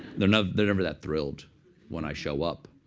they're never they're never that thrilled when i show up.